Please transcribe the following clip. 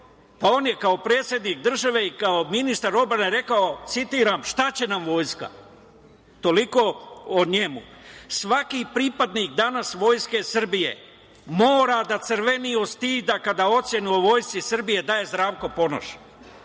pa on je kao predsednik države i kao ministar odbrane rekao, citiram – šta će nam vojska? Toliko o njemu. Svaki pripadnik danas Vojske Srbije mora da crveni od stida kada ocenu o Vojsci Srbije daje Zdravko Ponoš. Da